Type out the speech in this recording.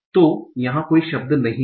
तो यहा कोई शब्द नहीं हैं